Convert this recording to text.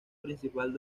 principal